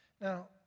Now